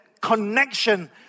connection